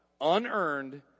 unearned